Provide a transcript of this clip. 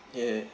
yeah